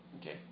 Okay